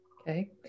Okay